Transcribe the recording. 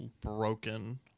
Broken